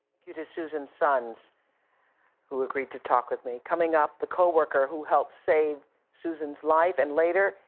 you to susan's sons who agreed to talk with me. coming up, the co-worker who helped save susan's life. and later,